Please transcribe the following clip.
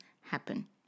happen